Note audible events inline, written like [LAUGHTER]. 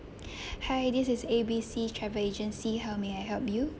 [BREATH] hi this is A B C travel agency how may I help you